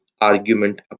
argument